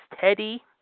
Teddy